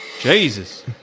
Jesus